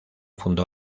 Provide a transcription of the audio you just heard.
fundó